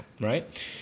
right